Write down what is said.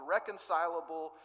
Reconcilable